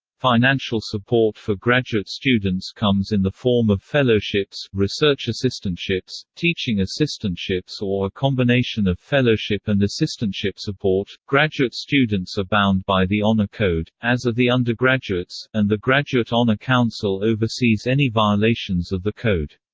financial support for graduate students comes in the form of fellowships, research assistantships, teaching assistantships or a combination of fellowship and assistantship support graduate students are bound by the honor code, as are the undergraduates, and the graduate honor council oversees any violations of the code.